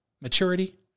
Maturity